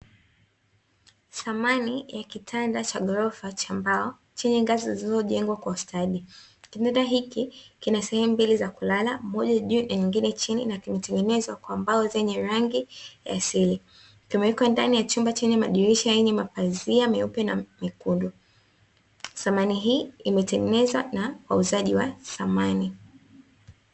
Samani ya kitanda cha gorofa cha mbao chenye ngazi kilicho jengwa kwa ustadi, kitanda hiki kina sehemu mbili za kulala moja juu na nyinge chini na kimetengenezwa chenye rangi ya silva kimewekwa ndani chumba chenye madirisha meupe na mekundu. Samahi hii imetengeneza na wauzaji wa samani.